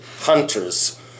hunters